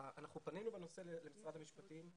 אנחנו פנינו נושא למשרד המשפטים.